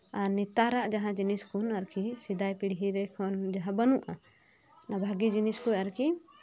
ᱟᱨ ᱱᱮᱛᱟᱨᱟᱜ ᱡᱟᱦᱟᱸ ᱡᱤᱱᱤᱥ ᱠᱚ ᱟᱨᱠᱤ ᱥᱮᱫᱟᱭ ᱯᱤᱲᱦᱤ ᱠᱷᱚᱱ ᱡᱟᱦᱟᱸ ᱵᱟᱹᱱᱩᱜᱼᱟ ᱚᱱᱟ ᱵᱷᱟᱹᱜᱤ ᱡᱤᱱᱤᱥ ᱠᱚ ᱟᱨᱠᱤ